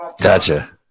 Gotcha